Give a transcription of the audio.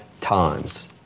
times